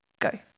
Go